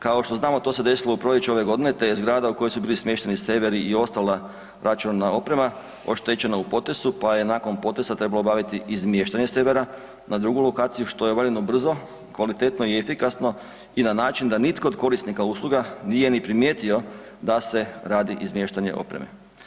Kao što znamo, to se desilo u proljeće ove godine te je zgrada u kojoj su bili smješteni serveri i ostala računalna oprema, oštećena u potresu pa je nakon potresa trebalo obaviti izmještanje servera na drugu lokaciju, što je obavljeno brzo, kvalitetno i efikasno, i na način da, nitko od korisnika usluga nije ni primijetio da se radi izmještanje opreme.